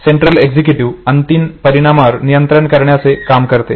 central executive अंतिम परिणामावर नियंत्रण करण्याचे काम करते